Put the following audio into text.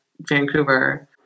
Vancouver